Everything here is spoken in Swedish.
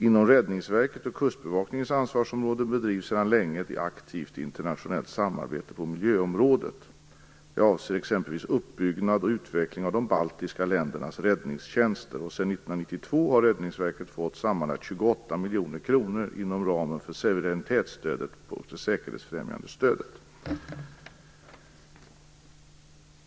Inom Räddningsverkets och Kustbevakningens ansvarsområden bedrivs sedan länge ett aktivt internationellt samarbete på miljöområdet. Jag avser t.ex. uppbyggnad och utveckling av de baltiska ländernas räddningstjänster. Sedan 1992 har Räddningsverket fått sammanlagt 28 miljoner kronor inom ramen för suveränitetsstödet och det säkerhetsfrämjande stödet.